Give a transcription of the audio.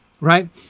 right